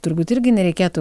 turbūt irgi nereikėtų